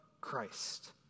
Christ